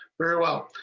very well.